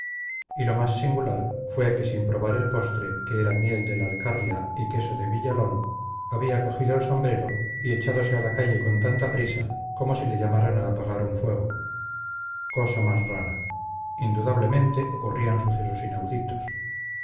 y lo más singular fue que sin probar el postre que era miel de la alcarria y queso de villalón había cogido el sombrero y echádose a la calle con tanta prisa como si le llamaran a apagar un fuego cosa más rara indudablemente ocurrían sucesos inauditos